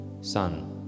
Son